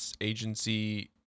agency